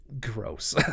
gross